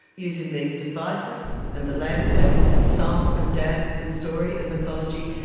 using these devices and the landscape and song and dance and story and mythology,